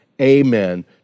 amen